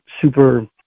super